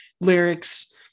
lyrics